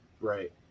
Right